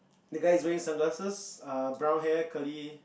the guy is wearing sunglasses err brown hair curly